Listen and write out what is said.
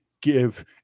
give